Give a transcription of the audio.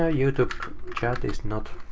ah youtube chat is not